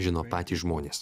žino patys žmonės